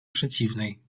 przeciwnej